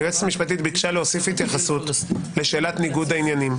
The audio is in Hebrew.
היועצת המשפטית ביקשה להוסיף התייחסות לשאלת ניגוד העניינים.